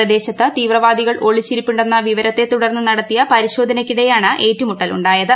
പ്രദേശത്ത് തീവ്രവാദികൾ ഒളിച്ചിരിപ്പുണ്ടെന്ന വിവരത്തെ തുടർന്ന് നടത്തിയ പരിശോധനക്കിടെയാണ് ഏറ്റുമുട്ടൽ ഉണ്ടായത്